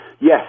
yes